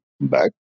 back